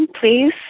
please